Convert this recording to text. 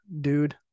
dude